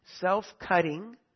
Self-cutting